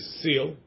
seal